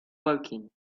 woking